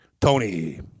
Tony